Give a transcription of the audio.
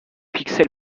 pixel